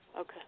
Okay